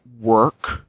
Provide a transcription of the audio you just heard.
work